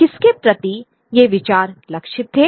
किसके प्रति ये विचार लक्षित थे